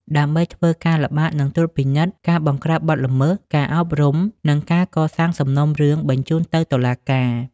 ដើម្បីធ្វើការល្បាតនិងត្រួតពិនិត្យ ការបង្ក្រាបបទល្មើស ការអប់រំ និងការកសាងសំណុំរឿងបញ្ជូនទៅតុលាការ។